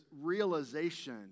realization